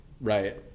Right